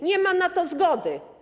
Nie ma na to zgody.